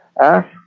ask